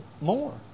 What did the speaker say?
more